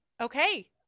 Okay